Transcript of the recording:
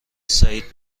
سعید